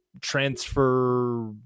transfer